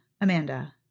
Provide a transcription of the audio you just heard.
Amanda